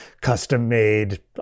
custom-made